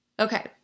Okay